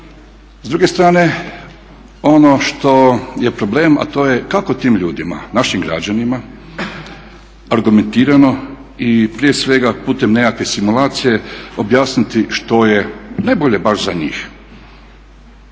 S druge strane ono što je problem a to je kako tim ljudima, našim građanima argumentirano i prije svega putem nekakve simulacije objasniti što je najbolje baš za njih.